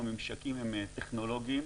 בפקולטות טכנולוגיות,